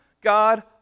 God